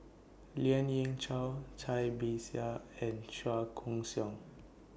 Lien Ying Chow Cai Bixia and Chua Koon Siong